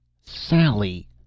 Sally